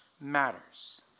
matters